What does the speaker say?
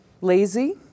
Lazy